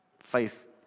faith